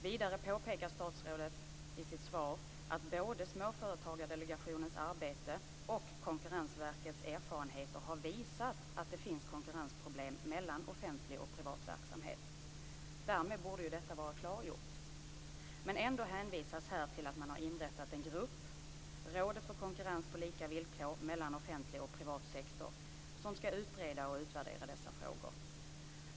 Vidare påpekar statsrådet i sitt svar att både Småföretagsdelegationens arbete och Konkurrensverkets erfarenheter har visat att det finns konkurrensproblem mellan offentlig och privat verksamhet. Därmed borde detta vara klargjort. Men ändå hänvisas här till att man har inrättat en grupp, Rådet för konkurrens på lika villkor mellan offentlig och privat sektor, som skall utreda och utvärdera dessa frågor.